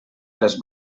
les